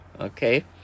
okay